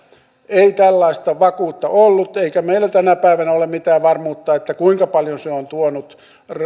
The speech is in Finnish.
ei tällaista vakuutta ollut eikä meillä tänä päivänä ole mitään varmuutta kuinka paljon se on tuonut